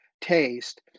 taste